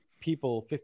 people